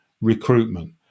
recruitment